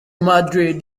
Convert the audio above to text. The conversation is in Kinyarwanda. madrid